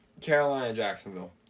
Carolina-Jacksonville